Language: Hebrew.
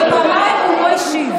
ופעמיים הוא לא השיב.